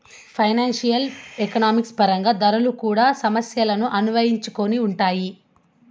financial economics పరంగా ధరలు కూడా సమస్యలను అన్వయించుకొని ఉంటాయి